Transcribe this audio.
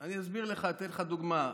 אני אסביר לך, אתן לך דוגמה.